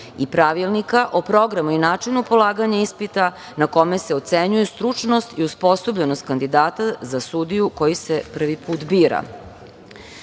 i Pravilnika o programu i načinu polaganja ispita na kome se ocenjuje stručnost i osposobljenost kandidata za sudiju koji se prvi put bira. Po